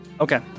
Okay